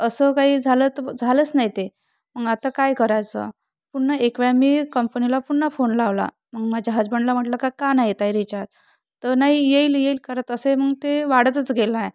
असं काही झालं तर झालंच नाई ते मग आता काय करायचं पुन्हा एक वेळा मी कंपनीला पुन्हा फोन लावला मग माझ्या हजबंडला म्हटलं का का ना येताय रिचार्ज तर नाही येईल येईल करत असं मग ते वाढतच गेलाय